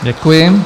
Děkuji.